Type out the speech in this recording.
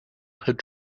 had